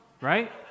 right